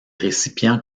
récipients